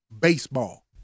baseball